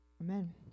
Amen